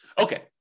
Okay